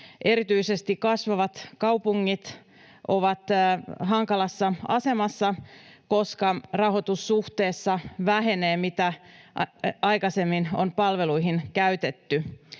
Erityisesti kasvavat kaupungit ovat hankalassa asemassa, koska rahoitus vähenee suhteessa siihen, mitä aikaisemmin on palveluihin käytetty.